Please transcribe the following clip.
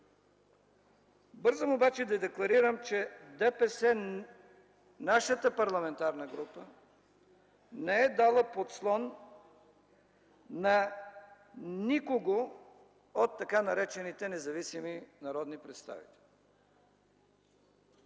Бързам обаче да декларирам, че нашата парламентарна група не е дала подслон на никого от така наречените независими народни представители.